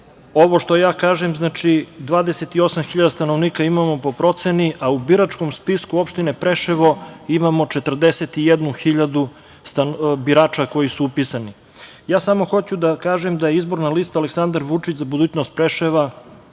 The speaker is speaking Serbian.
Ovo što ja kažem, 28.000 stanovnika imamo po proceni, a u biračkom spisku opštine Preševo imamo 41.000 upisanih birača. Ja samo hoću da kažem da je Izborna lista Aleksandar Vučić - Za budućnost Preševa